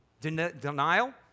Denial